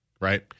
right